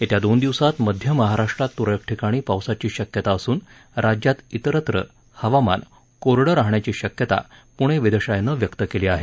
येत्या दोन दिवसांत मध्य महाराष्ट्रात तुरळक ठिकाणी पावसाची शक्यता असून राज्यात तिरत्र हवामान कोरडं राहण्याची शक्यता पुणे वेधशाळेनं व्यक्त केली आहे